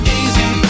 easy